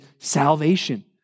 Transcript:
salvation